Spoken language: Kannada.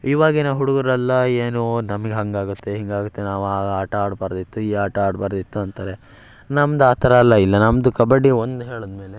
ಇವಾಗಿನ ಹುಡುಗರೆಲ್ಲ ಏನು ನಮಗೆ ಹಾಗಾಗುತ್ತೆ ಹೀಗಾಗುತ್ತೆ ನಾವು ಆ ಆಟ ಆಡಬಾರ್ದಿತ್ತು ಈ ಆಟ ಆಡಬಾರ್ದಿತ್ತು ಅಂತಾರೆ ನಮ್ದು ಆ ಥರ ಎಲ್ಲ ಇಲ್ಲ ನಮ್ಮದು ಕಬಡ್ಡಿ ಒಂದು ಹೇಳಿದ ಮೇಲೆ